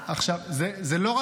--- עכשיו, זה לא רק